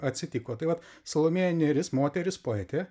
atsitiko tai vat salomėja nėris moteris poetė